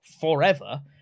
forever